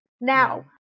Now